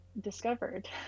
discovered